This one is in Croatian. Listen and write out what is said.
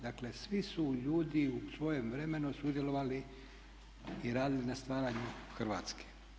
Dakle svi su ljudi u svojem vremenu sudjelovali i radili na stvaranju Hrvatske.